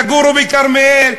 יגורו בכרמיאל,